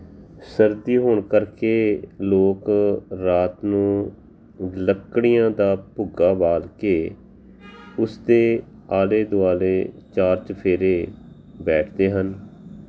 ਸਰਦੀ ਹੋਣ ਕਰਕੇ ਲੋਕ ਰਾਤ ਨੂੰ ਲੱਕੜੀਆਂ ਦਾ ਭੁੱਗਾ ਬਾਲ ਕੇ ਉਸਦੇ ਆਲੇ ਦੁਆਲੇ ਚਾਰ ਚੁਫੇਰੇ ਬੈਠਦੇ ਹਨ